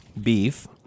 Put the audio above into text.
beef